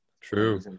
true